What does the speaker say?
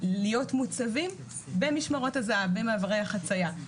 להיות מוצבים במשמרות הזה"ב, במעברי החצייה.